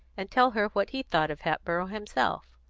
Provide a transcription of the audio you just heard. and tell her what he thought of hatboro' himself.